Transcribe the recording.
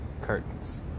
curtains